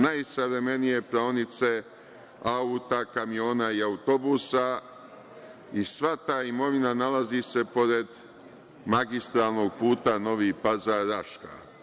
Najsavremenije praonice auto, kamiona i autobusa i sva ta imovina nalazi se pored magistralnog puta Novi Pazar-Raška.